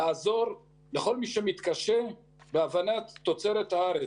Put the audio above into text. לעזור, לכל מי שמתקשה בהבנת בתוצרת הארץ.